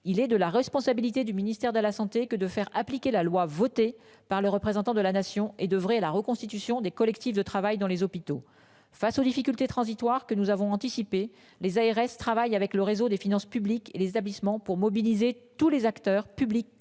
Il est de la responsabilité du ministère de la santé que de faire appliquer la loi votée par le représentant de la nation et d'oeuvrer à la reconstitution des collectifs de travail dans les hôpitaux. Face aux difficultés transitoires que nous avons anticipé les ARS travaillent avec le réseau des finances publiques et les établissements pour mobiliser tous les acteurs publics